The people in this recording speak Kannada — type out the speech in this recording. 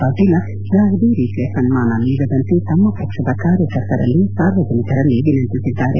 ಪಾಟೀಲ ಯಾವುದೇ ರೀತಿಯ ಸನ್ಮಾನ ನೀಡದಂತೆ ತಮ್ಮ ಪಕ್ಷದ ಕಾರ್ಯಕರ್ತರಲ್ಲಿ ಸಾರ್ವಜನಿಕರಲ್ಲಿ ವಿನಂತಿಸಿದ್ದಾರೆ